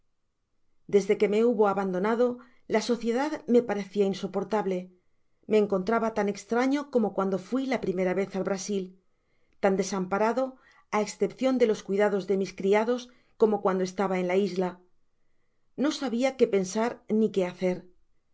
desde que me hubo abandonado la sociedad me parecia insoportable me encontraba tan estraño como cuando fui la primera vez al brasil tan desamparado á escepcion de los cuidados de mis criados como cuando estaba en la isla no sabia que pensar ni qué hacer veia